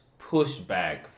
pushback